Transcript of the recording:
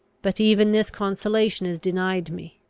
but even this consolation is denied me.